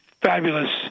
Fabulous